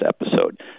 episode